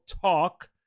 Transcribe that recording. talk